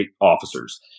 officers